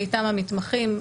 ואיתם המתמחים,